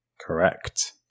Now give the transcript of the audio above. Correct